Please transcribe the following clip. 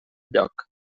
lloc